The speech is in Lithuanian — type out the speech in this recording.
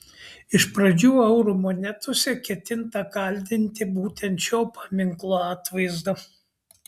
iš pradžių eurų monetose ketinta kaldinti būtent šio paminklo atvaizdą